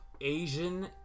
Asian